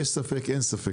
יש ספק אין ספק.